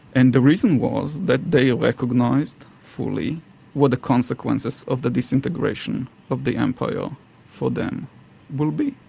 and the reason was that they recognised fully what the consequences of the disintegration of the empire for them will be,